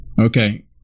Okay